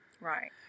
right